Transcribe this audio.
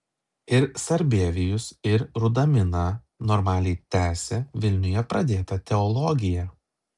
ir sarbievijus ir rudamina normaliai tęsė vilniuje pradėtą teologiją